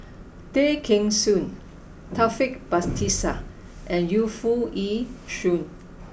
Tay Kheng Soon Taufik Batisah and Yu Foo Yee Shoon